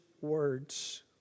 words